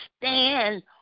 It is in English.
stand